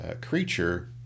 Creature